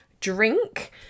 drink